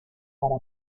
para